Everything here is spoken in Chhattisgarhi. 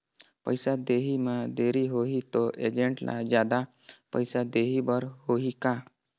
पइसा देहे मे देरी होही तो एजेंट ला जादा पइसा देही बर होही का?